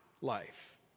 life